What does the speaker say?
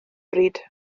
bryd